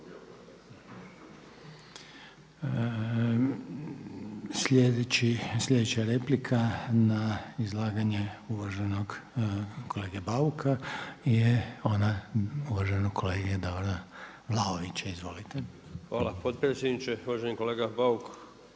Sljedeća replika na izlaganje uvaženog kolege Bauka je ona uvaženog kolege Davora Vlaovića. Izvolite. **Vlaović, Davor (HSS)** Hvala